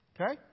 okay